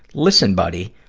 listen, buddy.